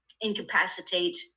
incapacitate